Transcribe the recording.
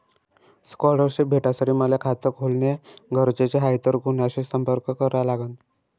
Scholarship भेटासाठी मले खात खोलने गरजेचे हाय तर कुणाशी संपर्क करा लागन?